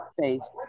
face